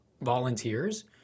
volunteers